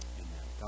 amen